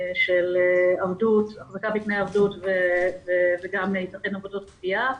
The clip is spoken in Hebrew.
של החזקה בתנאי עבדות וגם יתכן עבודות כפייה.